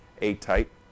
A-type